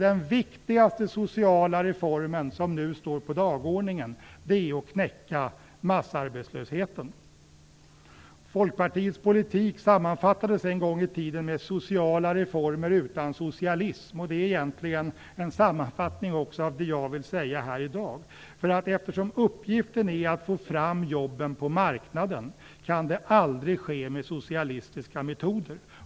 Den viktigaste sociala reform som nu står på dagordningen är att knäcka massarbetslösheten. Folkpartiets politik sammanfattades en gång i tiden med orden "sociala reformer utan socialism". Det är egentligen en sammanfattning också av det jag vill säga här i dag. Eftersom uppgiften är att få fram jobb på marknaden kan det aldrig ske med socialistiska metoder.